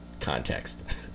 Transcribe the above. context